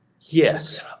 Yes